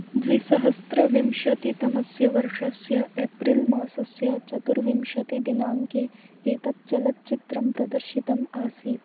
द्विसहस्रविंशतितमस्य वर्षस्य एप्रिल् मासस्य चतुर्विंशतिदिनाङ्के एतत् चलच्चित्रं प्रदर्शितम् आसीत्